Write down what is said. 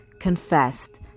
confessed